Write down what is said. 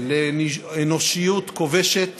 לאנושיות כובשת,